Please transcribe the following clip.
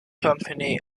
company